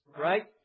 right